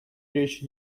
речь